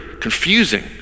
confusing